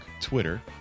Twitter